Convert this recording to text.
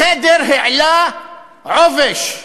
החדר העלה עובש,